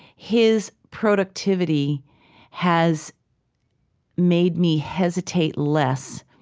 his productivity has made me hesitate less